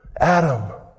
Adam